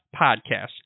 podcast